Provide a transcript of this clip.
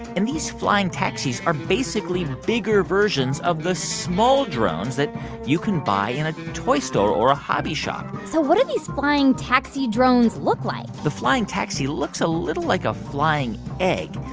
and these flying taxis are basically bigger versions of the small drones that you can buy in a toy store or a hobby shop so what do these flying taxi drones look like? the flying taxi looks a little like a flying egg,